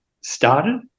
started